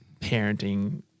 parenting